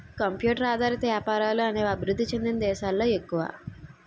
computer ఆధారిత వ్యాపారాలు అనేవి అభివృద్ధి చెందిన దేశాలలో ఎక్కువ